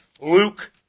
Luke